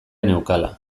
neukala